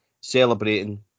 celebrating